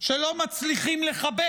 שלא מצליחים לחבר